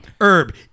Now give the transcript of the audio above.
Herb